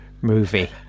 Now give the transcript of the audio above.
movie